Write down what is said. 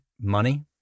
money